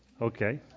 Okay